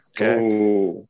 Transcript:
Okay